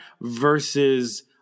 versus